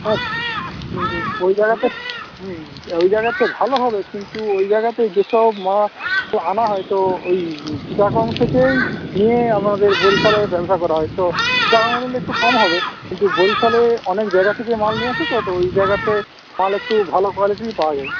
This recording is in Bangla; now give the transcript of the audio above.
হ্যাঁ ওই জায়গাতে হুম ওই জায়গাতে ভালো হবে কিন্তু ওই জায়গাতে যেসব মাল আনা হয় তো ওই চিটাগং থেকেই নিয়ে আমাদের বরিশালের ব্যবসা করা হয় তো দাম তাহলে একটু কম হবে কিন্তু বরিশালে অনেক জায়গা থেকে মাল নিয়ে আসে তো ওই জায়গাতে মাল একটু ভালো কোয়ালিটির পাওয়া যায়